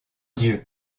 dieu